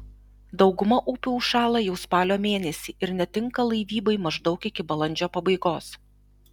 dauguma upių užšąla jau spalio mėnesį ir netinka laivybai maždaug iki balandžio pabaigos